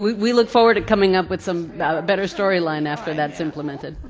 we we look forward to coming up with some better story line after that's implemented.